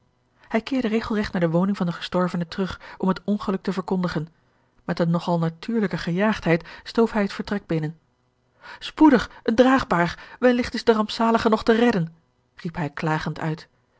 hij keerde regelregt naar de woning van den gestorvene terug om het ongeluk te verkondigen met eene nog al natuurlijke gejaagdheid stoof hij het vertrek binnen spoedig eene draagbaar welligt is de rampzalige nog te redden riep hij klagend uit